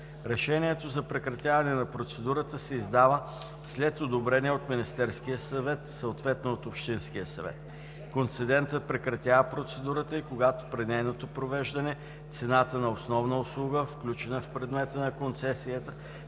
Решението за прекратяване на процедурата се издава след одобрение от Министерския съвет, съответно от общинския съвет. Концедентът прекратява процедурата и когато при нейното провеждане цената на основна услуга, включена в предмета на концесията,